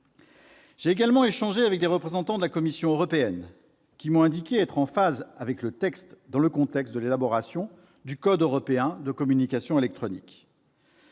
J'ai également échangé avec des représentants de la Commission européenne, qui m'ont indiqué être en phase avec le texte, dans le contexte de l'élaboration du code européen des communications électroniques.